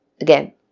again